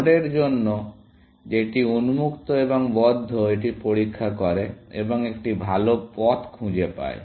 নোডের জন্য যেটি উন্মুক্ত এবং বদ্ধ এটি পরীক্ষা করে এবং একটি ভাল পথ খুঁজে পায়